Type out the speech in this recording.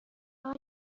آیا